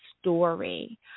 story